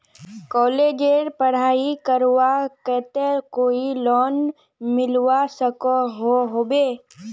कॉलेजेर पढ़ाई करवार केते कोई लोन मिलवा सकोहो होबे?